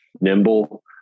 nimble